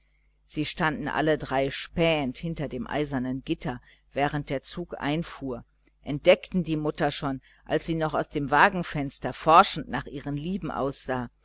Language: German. sie standen alle drei spähend hinter dem eisernen gitter während der zug einfuhr entdeckten die mutter schon als sie noch aus dem wagenfenster forschend nach ihren lieben aussah